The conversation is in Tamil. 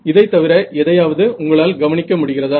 இதைத் தவிர எதையாவது உங்களால் கவனிக்க முடிகிறதா